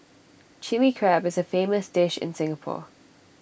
Chilli Crab is A famous dish in Singapore